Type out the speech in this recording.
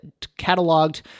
cataloged